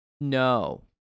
No